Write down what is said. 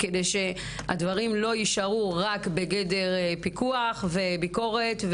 כדי שהדברים לא יישארו רק בגדר פיקוח וביקורת,